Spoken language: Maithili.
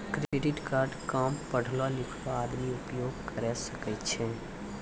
क्रेडिट कार्ड काम पढलो लिखलो आदमी उपयोग करे सकय छै?